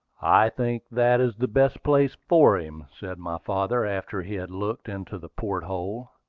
i think that is the best place for him, said my father, after he had looked into the port hold.